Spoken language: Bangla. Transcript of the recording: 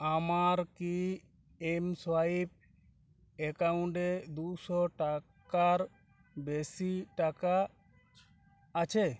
আমার কি এমসোয়াইপ অ্যাকাউন্টে দুশো টাকার বেশি টাকা আছে